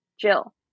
jill